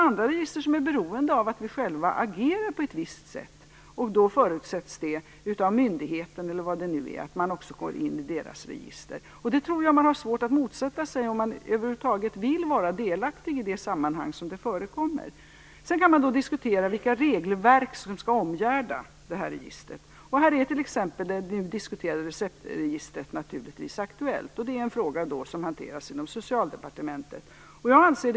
Andra register är beroende av att vi själva agerar på ett visst sätt och då förutsätts - av myndigheten eller vad det är - att man också går in i deras register. Det har man nog svårt att motsätta sig om man över huvud taget vill vara delaktig i det sammanhang där registret förekommer. Sedan kan man diskutera vilka regelverk som skall omgärda registret. Här är det omdiskuterade receptregistret naturligtvis aktuellt. Det är en fråga som hanteras inom Socialdepartementet.